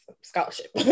scholarship